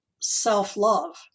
self-love